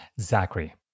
Zachary